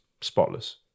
spotless